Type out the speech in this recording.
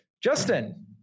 Justin